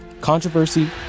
controversy